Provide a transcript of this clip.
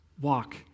walk